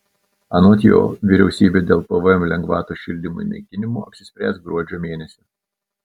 anot jo vyriausybė dėl pvm lengvatos šildymui naikinimo apsispręs gruodžio mėnesį